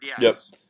yes